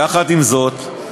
יחד עם זאת,